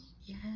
Yes